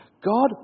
God